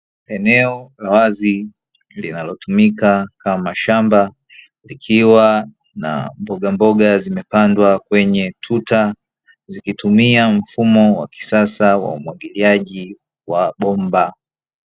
Eneo la wazi linalotumika kama shamba likiwa na mbogamboga zimepandwa kwenye tuta, zikitumia mfumo wa kisasa wa umwagiliaji wa bomba.